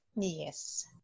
yes